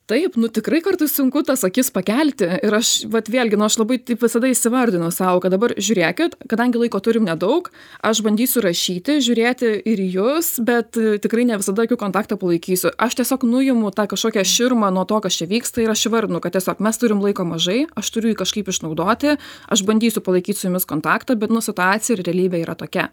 taip nu tikrai kartais sunku tas akis pakelti ir aš vat vėlgi nu aš labai taip įsivardinu sau kad dabar žiūrėkit kadangi laiko turim nedaug aš bandysiu rašyti žiūrėti ir į jus bet tikrai ne visada akių kontaktą palaikysiu aš tiesiog nuimu tą kašokią širmą nuo to kas čia vyksta ir aš įvardinu kad tiesiog mes turim laiko mažai aš turiu jį kažkaip išnaudoti aš bandysiu palaikyt su jumis kontaktą bet nu situacija ir realybė yra tokia